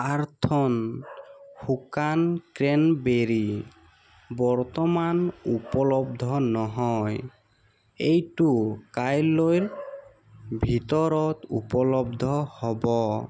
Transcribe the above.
আৰ্থ'ন শুকান ক্ৰেনবেৰী বৰ্তমান উপলব্ধ নহয় এইটো কাইলৈৰ ভিতৰত ঊপলব্ধ হ'ব